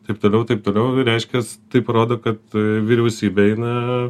taip toliau taip toliau reiškias tai parodo kad vyriausybė eina